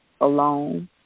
alone